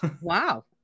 wow